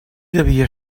devia